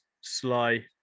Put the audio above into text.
sly